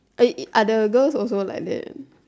eh are the girls also like that